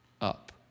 up